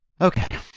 okay